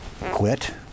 quit